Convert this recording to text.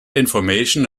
information